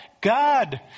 God